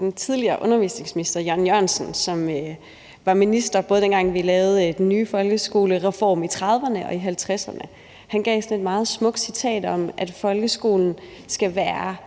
den tidligere undervisningsminister Jørgen Jørgensen, som var minister, både dengang vi lavede den nye folkeskolereform i 1930'erne og i 1950'erne, gav sådan et meget smukt citat om, at folkeskolen skal stå